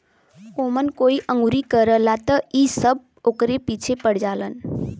ओमन कोई अंगुरी करला त इ सब ओकरे पीछे पड़ जालन